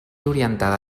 orientada